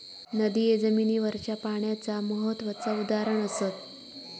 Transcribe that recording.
नदिये जमिनीवरच्या पाण्याचा महत्त्वाचा उदाहरण असत